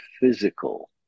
physical